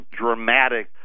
dramatic